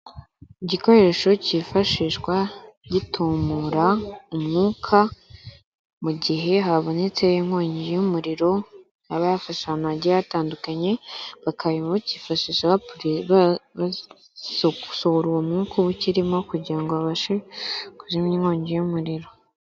Igikoresho cyifashishwa gitumura umwuka mu gihe habonetse inkongi y'umuriro, iba yafashe ahantu hagiye hatandukanye, bakaba bakifashisha basohora, uwo mwuka uba ukirimo kugira babashe kuzimya inkongi y'umuriro.